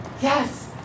Yes